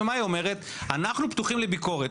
אנחנו פתוחים לביקורת,